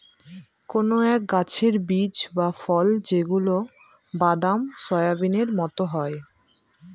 কোনো এক গাছের বীজ বা ফল যেগুলা বাদাম, সোয়াবিনের মতো হয়